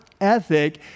ethic